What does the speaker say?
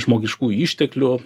žmogiškųjų išteklių